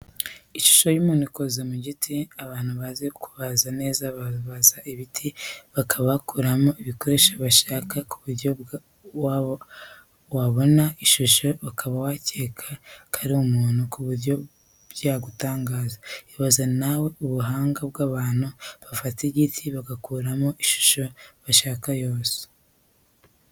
Ishusho y'umuntu ukoze mu biti. Abantu bazi kubaza neza babaza ibiti bakaba bakoramo ibikoresho bashaka ku buryo wabona ishusho ukaba wakeka ko ari umuntu ku buryo byagutangaza. Ibaze na we ubuhanga bw'abantu bafata igiti bakagikuramo ishusho bashaka yose.